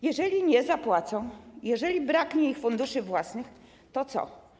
Jeżeli nie zapłacą, jeżeli zabraknie im funduszy własnych, to co?